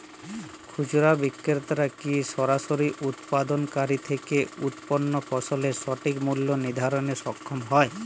খুচরা বিক্রেতারা কী সরাসরি উৎপাদনকারী থেকে উৎপন্ন ফসলের সঠিক মূল্য নির্ধারণে সক্ষম হয়?